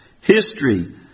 history